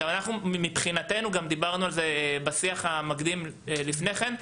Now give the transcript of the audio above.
אנחנו מבחינתנו גם דיברנו על זה בשיח המקדים לפני כן.